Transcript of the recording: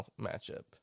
matchup